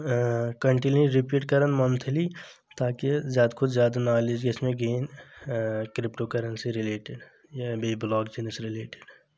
continually repeat کران monthly تاکہِ زیادٕ کھۄتہٕ زیادٕ نالیج گژھِ مےٚ گین کرپٹو کرنسی رلیٹِڈ یا بیٚیہِ بلاک چینس رِلیٹڈ